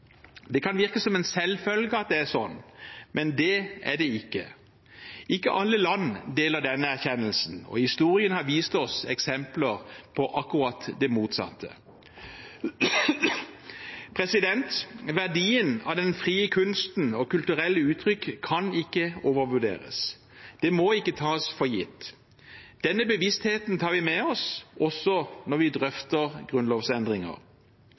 Det kan virke som en selvfølge at det er slik, men det er det ikke. Ikke alle land deler denne erkjennelsen, og historien har vist oss eksempler på akkurat det motsatte. Verdien av den frie kunsten og kulturelle uttrykk kan ikke overvurderes. Det må ikke tas for gitt. Denne bevisstheten tar vi med oss også når vi drøfter grunnlovsendringer.